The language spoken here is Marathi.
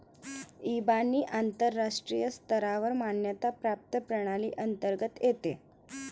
इबानी आंतरराष्ट्रीय स्तरावर मान्यता प्राप्त प्रणाली अंतर्गत येते